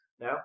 now